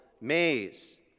maze